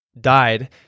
died